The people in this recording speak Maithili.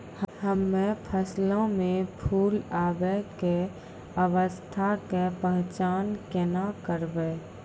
हम्मे फसलो मे फूल आबै के अवस्था के पहचान केना करबै?